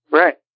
right